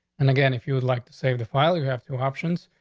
and again, if you would like to save the file, you have two options.